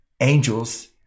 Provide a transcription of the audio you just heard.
angels